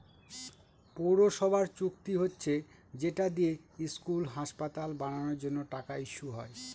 পৌরসভার চুক্তি হচ্ছে যেটা দিয়ে স্কুল, হাসপাতাল বানানোর জন্য টাকা ইস্যু হয়